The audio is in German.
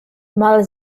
mal